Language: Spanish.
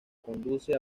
conduce